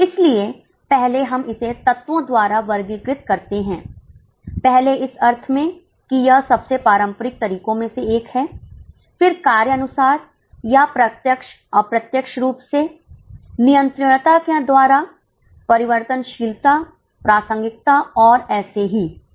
इसलिए पहले हम इसे तत्वों द्वारा वर्गीकृत करते हैं पहले इस अर्थ में कि यह सब से पारंपरिक तरीकों में से एक है फिर कार्य अनुसार या प्रत्यक्ष अप्रत्यक्ष रूप से नियंत्रणीयता के द्वारा परिवर्तनशीलता प्रासंगिकता और ऐसे ही ठीक